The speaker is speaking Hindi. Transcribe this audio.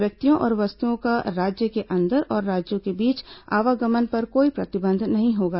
व्यक्तियों और वस्तुओं का राज्य के अंदर और राज्यों के बीच आवागमन पर कोई प्रतिबंध नहीं होगा